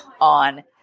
on